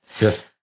Yes